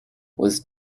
was